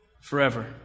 forever